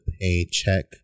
paycheck